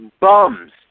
bums